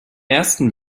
ersten